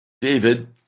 David